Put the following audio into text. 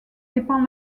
dépend